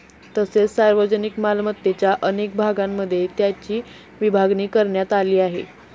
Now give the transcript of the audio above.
तसेच सार्वजनिक मालमत्तेच्या अनेक भागांमध्ये त्याची विभागणी करण्यात आली आहे